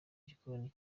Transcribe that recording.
gikoni